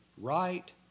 right